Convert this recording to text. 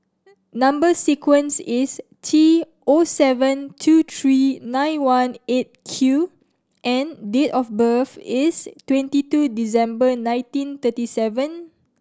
number sequence is T O seven two three nine one Eight Q and date of birth is twenty two December nineteen thirty seven